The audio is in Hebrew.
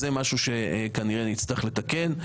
זה משהו שכנראה נצטרך לתקן.